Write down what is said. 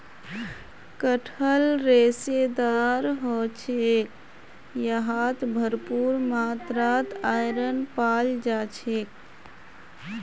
कटहल रेशेदार ह छेक यहात भरपूर मात्रात आयरन पाल जा छेक